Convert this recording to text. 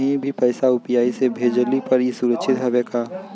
कहि भी पैसा यू.पी.आई से भेजली पर ए सुरक्षित हवे का?